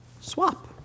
Swap